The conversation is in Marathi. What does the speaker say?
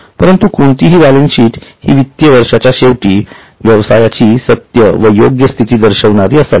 परंतु कोणतीही बॅलन्सशीट हि वित्तीय वर्षाच्या शेवटी व्यवसायाची सत्य व योग्य स्थिती दर्शविणारी असावी